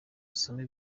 usome